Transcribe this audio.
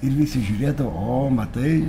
ir visi žiūrėdavo o matai